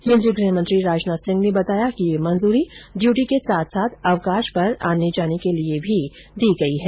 केन्द्रीय गृह मंत्री राजनाथ सिंह ने बताया कि ये मंजूरी ड़यूटी के साथ साथ अवकाश पर आने जाने के लिए भी दी गई है